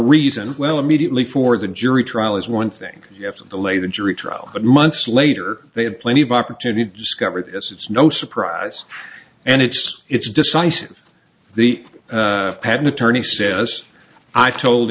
reason well immediately for the jury trial is one thing you have to delay the jury trial but months later they have plenty of opportunity to discover it as it's no surprise and it's it's decisive the patent attorney says i told